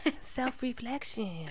Self-reflection